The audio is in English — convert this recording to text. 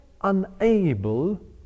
unable